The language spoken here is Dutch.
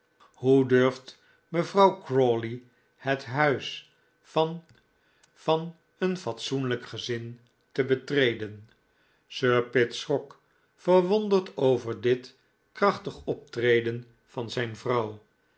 hoe durft mevrouw crawley het huis van van een fatsoenlijk gezin te betreden sir pitt schrok verwonderd over dit krachtig optreden van zijn vrouw